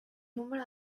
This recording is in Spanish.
número